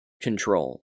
control